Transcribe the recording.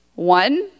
One